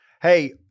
Hey